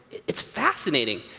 it's fascinating.